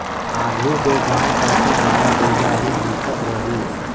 आघु दो गाँव कती गाड़ा बइला ही दिखत रहिस